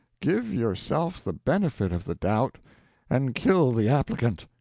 give yourself the benefit of the doubt and kill the applicant.